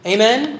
Amen